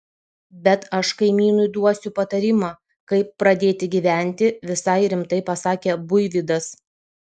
bet aš kaimynui duosiu patarimą kaip pradėti gyventi visai rimtai pasakė buivydas